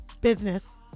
business